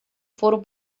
foram